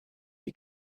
you